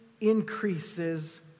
increases